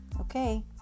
Okay